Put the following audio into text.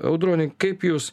audroni kaip jūs